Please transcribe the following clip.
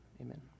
Amen